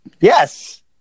Yes